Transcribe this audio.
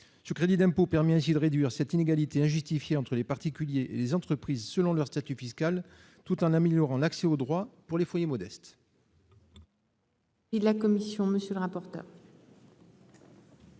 Ce crédit d'impôt permettrait ainsi de réduire cette inégalité injustifiée entre les particuliers et les entreprises selon leur statut fiscal, tout en améliorant l'accès au droit pour les foyers modestes.